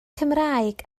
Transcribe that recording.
cymraeg